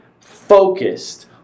focused